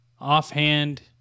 offhand